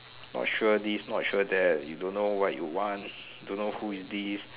not sure this not sure that you don't know what you want don't know who is this